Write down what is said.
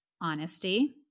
honesty